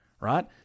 right